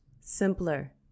simpler